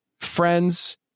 friends